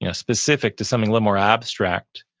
ah specific to something live more abstract,